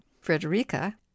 frederica